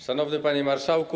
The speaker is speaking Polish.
Szanowny Panie Marszałku!